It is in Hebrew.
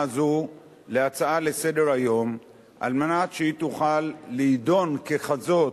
הזאת להצעה לסדר-היום על מנת שהיא תוכל להידון ככזאת,